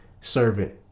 servant